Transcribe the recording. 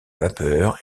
vapeur